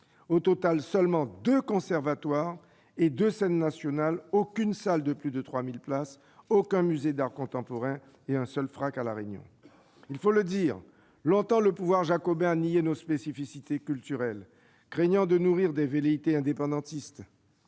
au total seulement deux conservatoires et deux scènes nationales, aucune salle de plus de 3 000 places, aucun musée d'art contemporain et un seul fonds régional d'art contemporain (FRAC) situé sur l'île de la Réunion. Il faut le dire, longtemps le pouvoir jacobin a nié nos spécificités culturelles, craignant de nourrir des velléités indépendantistes.